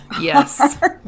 Yes